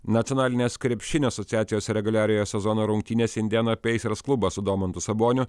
nacionalinės krepšinio asociacijos reguliariojo sezono rungtynes indiana pacers klubas su domantu saboniu